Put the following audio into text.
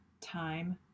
time